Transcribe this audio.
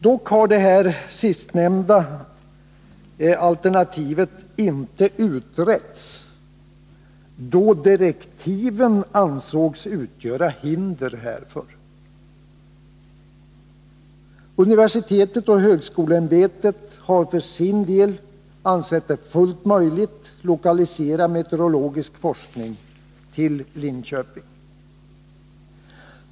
Dock har detta sistnämnda alternativ inte utretts, då direktiven ansågs utgöra hinder härför. Universitetsoch högskoleämbetet har för sin del ansett det fullt möjligt att lokalisera meteorologisk forskning till Linköping.